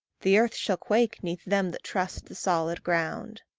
the earth shall quake neath them that trust the solid ground.